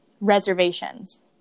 reservations